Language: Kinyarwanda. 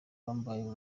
kwambaye